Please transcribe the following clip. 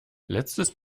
letztes